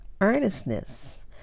earnestness